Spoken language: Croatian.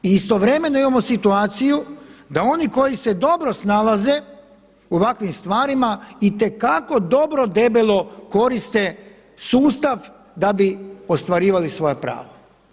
I istovremeno imamo situaciju da oni koji se dobro snalaze u ovakvim stvarima itekako dobro debelo koriste sustav da bi ostvarivali svoja prava.